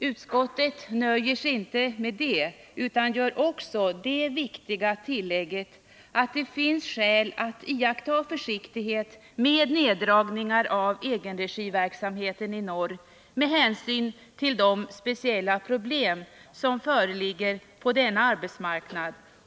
Utskottet nöjer sig dock inte med det, utan gör också det viktiga tillägget att det finns skäl att iaktta försiktighet med neddragning av egenregiverksamheten i norr med hänsyn till de speciella problem som föreligger på denna arbetsmarknad.